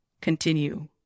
continue